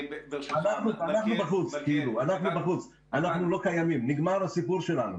אנחנו בחוץ, אנחנו לא קיימים, נגמר הסיפור שלנו.